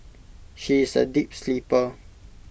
she is A deep sleeper